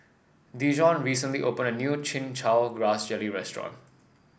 Dijon recently opened a new Chin Chow Grass Jelly restaurant